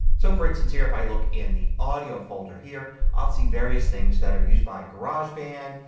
so for instance here if i look in the audio folder here i'll see various things that are used by garageband,